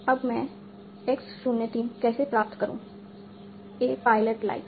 अब मैं x 0 3 कैसे प्राप्त करूं ए पायलट लाइक्स